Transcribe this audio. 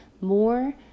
more